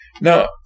Now